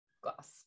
glass